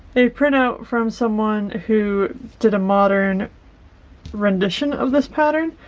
a printout from someone who did a modern rendition of this pattern.